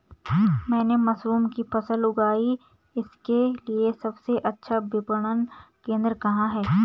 मैंने मशरूम की फसल उगाई इसके लिये सबसे अच्छा विपणन केंद्र कहाँ है?